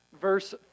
Verse